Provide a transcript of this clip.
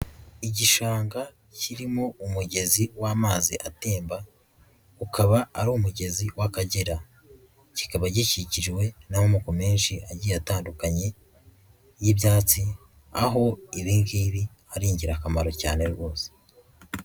Igishanga kirimo umugezi w'amazi atemba, ukaba ari umugezi w'Akagera, kikaba gikikijwe n'amoko menshi agiye atandukanye y'ibyatsi, aho ibi ngibi ari ingirakamaro cyane rwose.